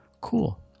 cool